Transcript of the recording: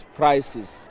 prices